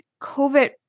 COVID